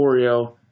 Oreo